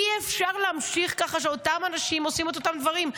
אי-אפשר להמשיך כך שאותם אנשים עושים את אותם דברים.